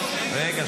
מרב מיכאלי,